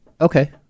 Okay